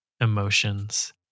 emotions